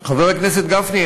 חבר הכנסת גפני,